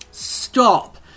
Stop